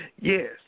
Yes